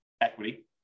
equity